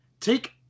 take